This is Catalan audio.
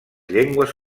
llengües